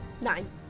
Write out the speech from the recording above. Nine